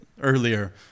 earlier